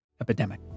epidemic